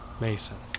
Mason